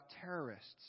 terrorists